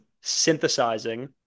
synthesizing